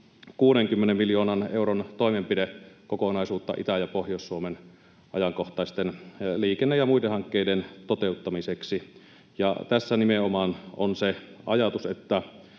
160 miljoonan euron toimenpidekokonaisuutta Itä- ja Pohjois-Suomen ajankohtaisten liikenne- ja muiden hankkeiden toteuttamiseksi. Tässä nimenomaan on se ajatus, että